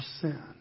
sin